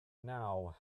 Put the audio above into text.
now